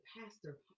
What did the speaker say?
pastor